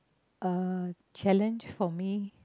a challenge for me